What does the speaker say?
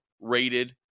rated